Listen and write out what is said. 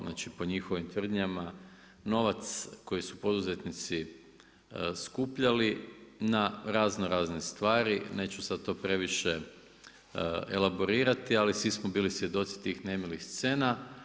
Znači, po njihovim tvrdnjama novac koji su poduzetnici skupljali na razno razne stvari, neću sad to previše elaborirati ali svi smo bili svjedoci tih nemilih scena.